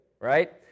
right